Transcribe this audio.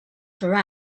for